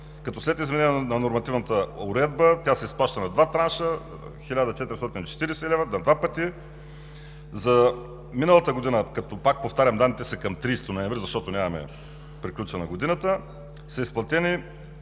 като след изменение на нормативната уредба тя се изплаща на два транша – 1440 лв., на два пъти. За миналата година – данните са към 30 ноември, защото още нямаме приключване на годината – са изплатени